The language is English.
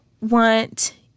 want